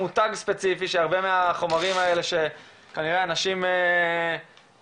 מותג ספציפי שהרבה מהחומרים האלה שכנראה אנשים קונים,